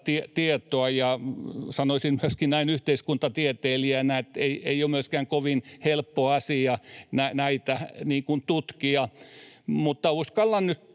tietoa, ja sanoisin myöskin näin yhteiskuntatieteilijänä, että ei ole myöskään kovin helppo asia näitä tutkia, mutta uskallan nyt